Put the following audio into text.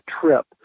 trip